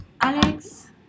Alex